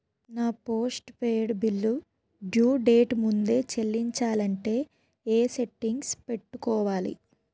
నా post paid bill due date ముందే చెల్లించాలంటే ఎ సెట్టింగ్స్ పెట్టుకోవాలి?